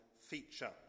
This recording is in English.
feature